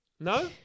No